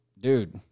dude